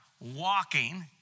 walking